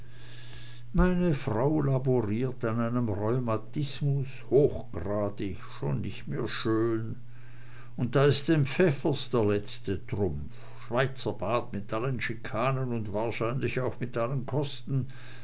meine frau laboriert an einem rheumatismus hochgradig schon nicht mehr schön und da ist denn pfäffers der letzte trumpf schweizerbad mit allen schikanen und wahrscheinlich auch mit allen kosten